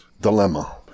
dilemma